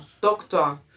doctor